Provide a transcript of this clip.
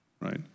right